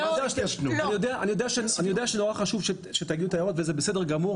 אני יודע שנורא חשוב שתגידו את ההערות וזה בסדר גמור.